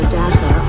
data